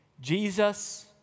Jesus